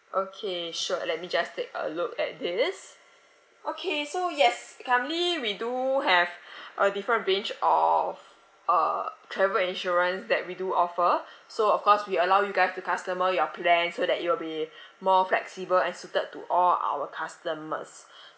okay sure let me just take a look at this okay so yes currently we do have a different range of uh travel insurance that we do offer so of course we allow you guys to customise your plan so that it will be more flexible and suited to all our customers